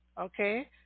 Okay